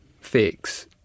fix